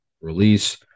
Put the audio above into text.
release